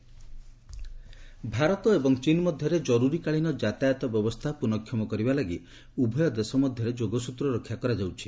India ଚୀନ travel Bharat ଏବଂ ଚୀନ୍ ମଧ୍ୟରେ ଜର୍ତରୀକାଳୀନ ଯାତାୟତ ବ୍ୟବସ୍ଥା ପୁନଃକ୍ଷମ କରିବାଲାଗି ଉଭୟ ଦେଶ ମଧ୍ୟରେ ଯୋଗସ୍ତ୍ର ରକ୍ଷା କରାଯାଉଛି